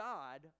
God